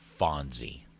Fonzie